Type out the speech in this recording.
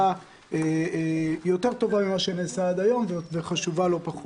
טובה יותר ממה שנעשה עד היום וחשובה לא פחות.